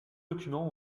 documents